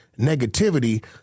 negativity